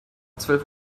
zwölf